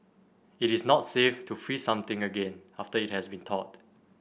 it is not safe to freeze something again after it has be thawed